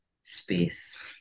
space